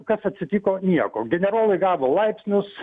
kas atsitiko nieko generolai gavo laipsnius